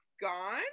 gone